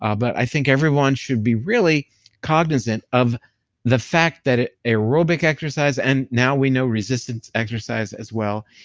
ah but i think everyone should be really cognizant of the fact that aerobic exercise, and now we know resistance exercise as well,